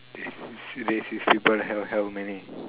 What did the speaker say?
see racist people how how many